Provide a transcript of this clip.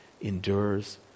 endures